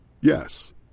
Yes